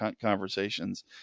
conversations